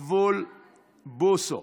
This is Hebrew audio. משה אבוטבול ואוריאל בוסו,